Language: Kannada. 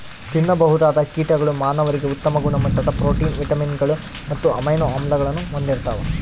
ತಿನ್ನಬಹುದಾದ ಕೀಟಗಳು ಮಾನವರಿಗೆ ಉತ್ತಮ ಗುಣಮಟ್ಟದ ಪ್ರೋಟೀನ್, ವಿಟಮಿನ್ಗಳು ಮತ್ತು ಅಮೈನೋ ಆಮ್ಲಗಳನ್ನು ಹೊಂದಿರ್ತವ